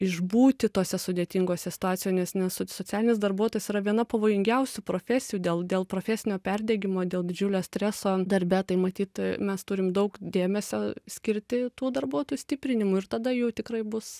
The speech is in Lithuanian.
išbūti tose sudėtingose situacijoj nes nes socialinis darbuotojas yra viena pavojingiausių profesijų dėl dėl profesinio perdegimo dėl didžiulio streso darbe tai matyt mes turim daug dėmesio skirti tų darbuotojų stiprinimui ir tada jų tikrai bus